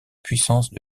puissance